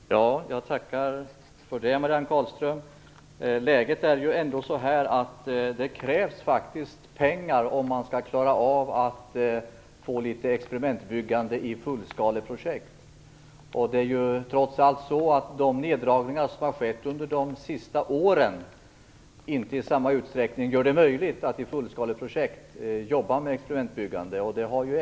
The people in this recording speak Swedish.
Herr talman! Jag tackar för det, Marianne Carlström. Det krävs ändå pengar om man skall klara av att få i gång experimentbyggande i fullskaleprojekt. De neddragningar som har skett under de senaste åren gör att det inte är möjligt att jobba med experimentbyggande i fullskaleprojekt i samma utsträckning.